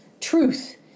truth